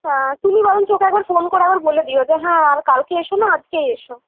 হ্যাঁ তুমি বরঞ্চ ওকে একবার ফোন করে একবার বলে দিও যে হ্যাঁ আর কালকে এসো না আজকেই এসো